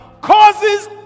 causes